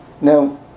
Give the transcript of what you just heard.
Now